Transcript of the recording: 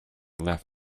left